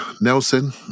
Nelson